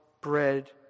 bread